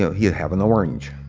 so he'd have an orange,